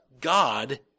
God